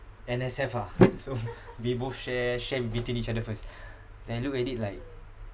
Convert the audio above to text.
N_S_F ah so we both share share with between each other first then look at it like